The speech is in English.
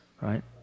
right